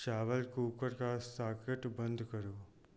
चावल कुकर का सॉकेट बंद करो